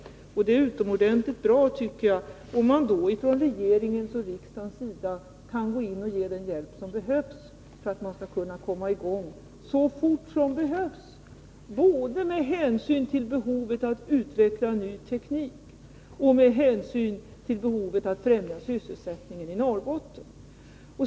Jag tycker att det är utomordentligt bra om man då från regeringens och riksdagens sida kan gå in och ge den hjälp som behövs för att de skall kunna komma i gång så fort som det är nödvändigt både med hänsyn till behovet av att utveckla ny teknik och med hänsyn till behovet av att främja sysselsättningen i Norrbotten.